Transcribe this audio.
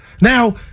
Now